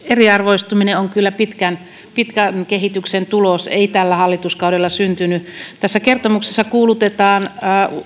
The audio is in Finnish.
eriarvoistuminen on kyllä pitkän pitkän kehityksen tulos ei tällä hallituskaudella syntynyt tässä kertomuksessa kuulutetaan